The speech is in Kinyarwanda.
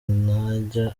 ntajya